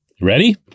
Ready